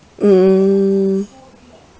hmm